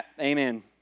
amen